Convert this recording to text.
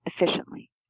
efficiently